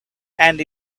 and